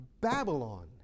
Babylon